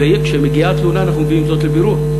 וכשמגיעה תלונה אנחנו מביאים זאת לבירור,